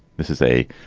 this is a